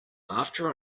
after